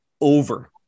over